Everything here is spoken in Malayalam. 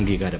അംഗീകാരം